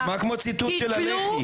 זה נשמע כמו ציטוט של הלח"י,